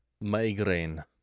Migraine